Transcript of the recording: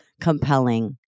compelling